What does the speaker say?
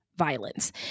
violence